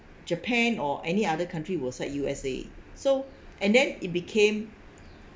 japan or any other country will side U_S_A so and then it became